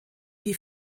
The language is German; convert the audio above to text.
wie